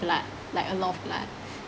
blood like a lot of blood